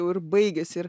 jau ir baigiasi ir